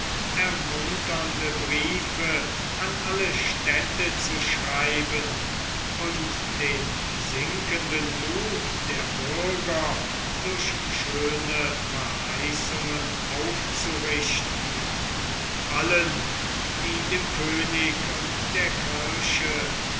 ermunternde briefe an alle städte zu schreiben und den sinkenden muth der bürger durch schöne verheißungen aufzurichten allen die dem könig und der kirche